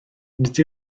nid